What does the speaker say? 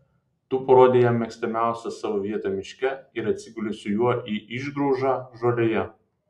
tu parodei jam mėgstamiausią savo vietą miške ir atsigulei su juo į išgraužą žolėje